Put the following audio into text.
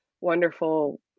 wonderful